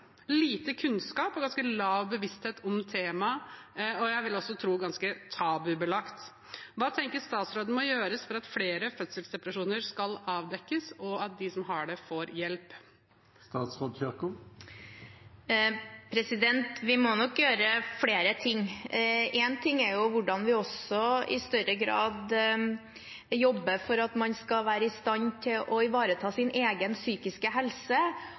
lite kunnskap og ganske lav bevissthet om temaet. Jeg vil også tro det er ganske tabubelagt. Hva tenker statsråden må gjøres for at flere fødselsdepresjoner skal avdekkes, og at de som har det, skal få hjelp? Vi må nok gjøre flere ting. Én ting er hvordan vi i større grad jobber for at man skal være i stand til å ivareta sin egen psykiske helse